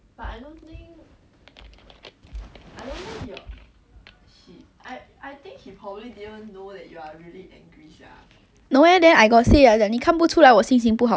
no eh then I got say you are like 你看不出来我心情不好 meh then he say 看得出来啊可是你有没有讲为什么 then I got so done was nevermind I'm just gonna eat my meat~ meatballs